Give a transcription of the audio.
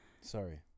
Sorry